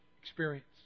Experience